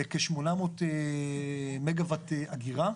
לכ-800 מגה וואט אגירה.